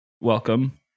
welcome